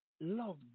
love